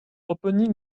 opening